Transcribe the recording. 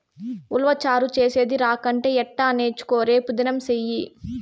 ఉలవచారు చేసేది రాకంటే ఎట్టా నేర్చుకో రేపుదినం సెయ్యి